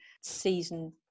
season